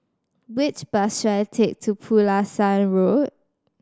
which bus should I take to Pulasan Road